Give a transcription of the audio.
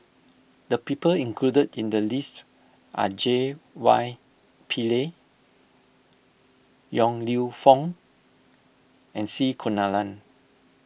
the people included in the list are J Y Pillay Yong Lew Foong and C Kunalan